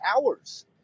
hours